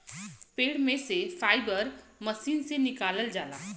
पेड़ में से फाइबर मशीन से निकालल जाला